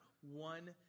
one